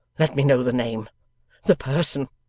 let me know the name the person